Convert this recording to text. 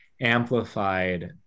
amplified